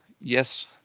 yes